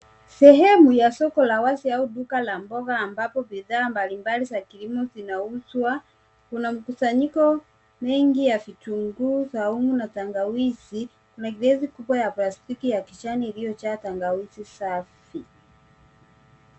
Sehemu ya soko la wazi au duka la mboga ambapo bidhaa mbalimbali za kilimo zinauzwa. Kuna mkusanyiko mengi ya vitunguu saumu na tangawizi. Kuna greti kubwa ya plastiki ya kijani iliyojaa tangawizi safi.